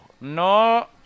no